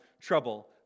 trouble